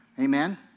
Amen